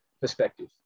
perspective